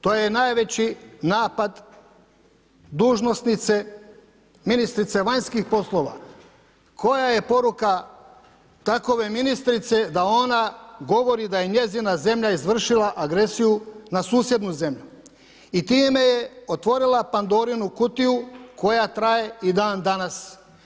To je najveći napad dužnosnice, ministrice vanjskih poslova, koja je poruka takove ministrice da ona govori da je njezina zemlja izvršila agresiju na susjednu zemlju i time je otvorila Pandorinu kutiju koja traje i dan-danas.